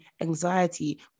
anxiety